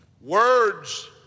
Words